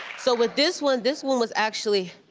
so with this one, this one was actually